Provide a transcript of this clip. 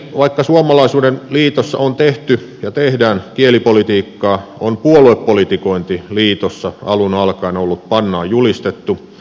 vaikka suomalaisuuden liitossa on tehty ja tehdään kielipolitiikkaa on puoluepolitikointi liitossa alun alkaen ollut pannaan julistettu